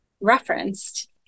referenced